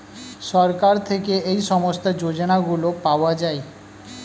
সরকার থেকে এই সমস্ত যোজনাগুলো পাওয়া যায়